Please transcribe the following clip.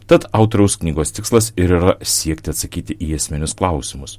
tad autoriaus knygos tikslas ir yra siekti atsakyti į esminius klausimus